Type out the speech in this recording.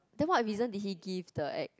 then what reason did he give the ex